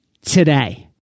today